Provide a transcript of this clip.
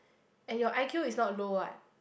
and your I_Q is not low what